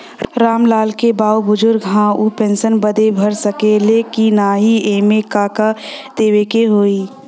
राम लाल के बाऊ बुजुर्ग ह ऊ पेंशन बदे भर सके ले की नाही एमे का का देवे के होई?